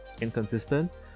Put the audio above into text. inconsistent